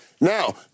Now